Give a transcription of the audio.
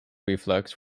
reflex